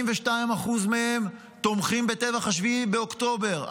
82% מהם תומכים בטבח 7 באוקטובר.